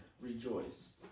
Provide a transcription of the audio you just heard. rejoice